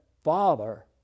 father